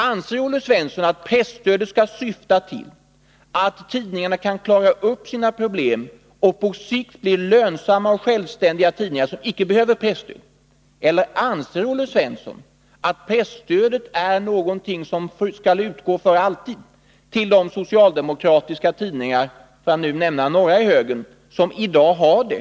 Anser Olle Svensson att presstödet skall syfta till att tidningarna skall klara upp sina problem och på sikt bli lönsamma och självständig. .idningar som icke behöver presstöd? Eller anser Olle Svensson att presstödet skall utgå för alltid till de socialdemokratiska tidningar — för att nu nämna några — som i dag har det?